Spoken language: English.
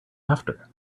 after